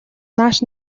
нааш